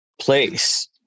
place